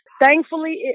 thankfully